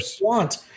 want